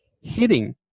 hitting